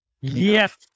Yes